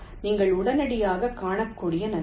நீங்கள் உடனடியாகக் காணக்கூடிய நன்மை